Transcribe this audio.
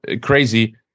crazy